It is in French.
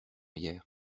hier